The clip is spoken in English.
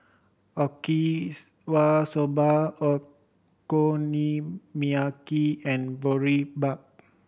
Okinawa Soba Okonomiyaki and Boribap